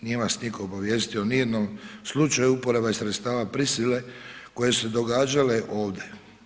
Nije vas nitko obavijestio o nijednom slučaju uporaba i sredstava prisile koje su se događale ovdje.